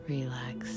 Relax